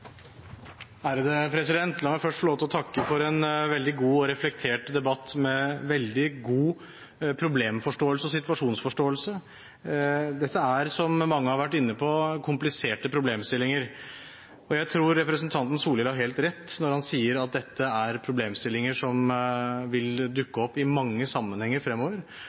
La meg først få lov til å takke for en veldig god og reflektert debatt med veldig god problemforståelse og situasjonsforståelse. Dette er, som mange har vært inne på, kompliserte problemstillinger. Jeg tror representanten Solhjell har helt rett når han sier at dette er problemstillinger som vil dukke opp i mange sammenhenger fremover,